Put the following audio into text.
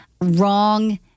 wrong